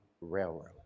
Railroad